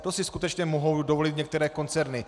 To si skutečně mohou dovolit některé koncerny.